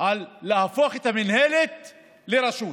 על להפוך את המינהלת לרשות.